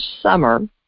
summer